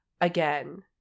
again